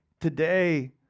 Today